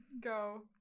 go